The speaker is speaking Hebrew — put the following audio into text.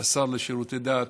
השר לשירותי דת